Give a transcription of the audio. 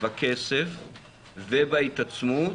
בכסף ובהתעצמות,